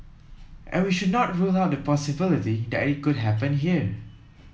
and we should not rule out the possibility that it could happen here